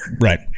right